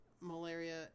malaria